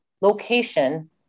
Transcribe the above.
location